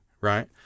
right